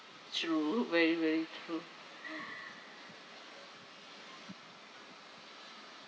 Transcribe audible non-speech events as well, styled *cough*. true very very true *breath*